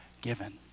given